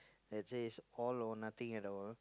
that says all or nothing at all